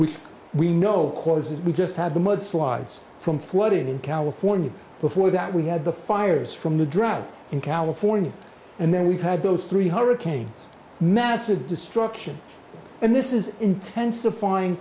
which we know causes we just had the mudslides from flooding in california before that we had the fires from the drought in california and then we've had those three hurricanes massive destruction and this is intensifying